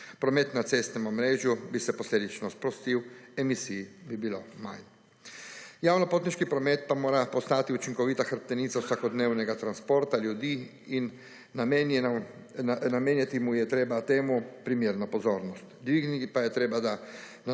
Promet na cestnem omrežju bi se posledično sprostil, emisij bi bilo manj. Javni potniški promet pa mora postati učinkovita hrbtenica vsakodnevnega transporta ljudi in namenjati mu je treba temu primerno pozornost, dvigniti pa je treba na